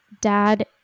dad